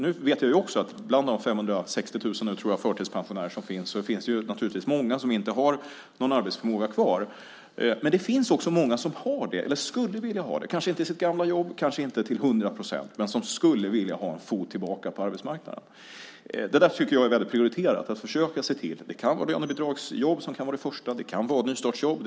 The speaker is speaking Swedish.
Nu vet jag också att det finns många bland de 560 000, tror jag, förtidspensionärerna som naturligtvis inte har någon arbetsförmåga kvar. Men det finns också många som har det eller skulle vilja ha det. De kanske inte kan gå till sina gamla jobb och kanske inte till hundra procent men de skulle vilja ha en fot tillbaka på arbetsmarknaden. Det där tycker jag är väldigt prioriterat. Det kan vara lönebidragsjobb som är det första. Det kan vara nystartsjobb.